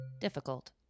difficult